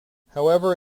however